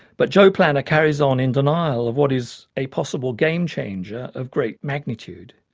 but joe planner carries on in denial of what is a possible game changer of great magnitude.